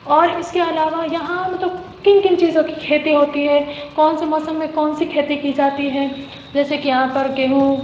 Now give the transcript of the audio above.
اور اِس کے علاوہ یہاں مطلب کن کن چیزوں کی کھیتی ہوتی ہے کون سے موسم میں کون سی کھیتی کی جاتی ہے جیسے کہ یہاں پر گیہوں